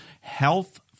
health